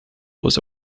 was